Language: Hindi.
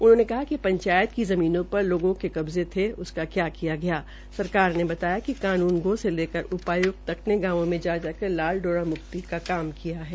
उन्होंने कहा कि पंचायत की ज़मीन पर लोगों के कब्जे थे उनका क्या किया गया सरकार ने ताया कि कानून गो से लकर उपायुक्त तक ने गांवों में जा जा कर लाल डोरा मुक्त का काम किया है